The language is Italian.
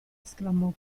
esclamò